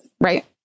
Right